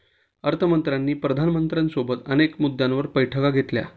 अर्थ मंत्र्यांनी पंतप्रधानांसोबत अनेक मुद्द्यांवर बैठका घेतल्या